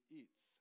eats